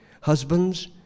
Husbands